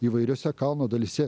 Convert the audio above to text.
įvairiose kalno dalyse